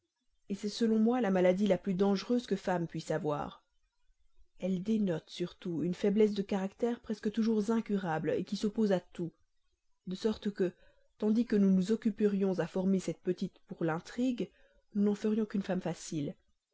guère c'est selon moi la maladie la plus dangereuse que femme puisse avoir elle dénote surtout une faiblesse de caractère presque toujours incurable qui s'oppose à tout de sorte que tandis que nous nous occuperions à former cette petite fille pour l'intrigue nous n'en ferions qu'une femme facile